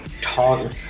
talk